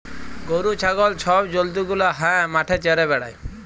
গরু, ছাগল ছব জল্তু গুলা হাঁ মাঠে চ্যরে বেড়ায়